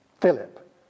Philip